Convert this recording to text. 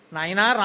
Naina